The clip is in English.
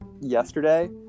yesterday